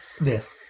Yes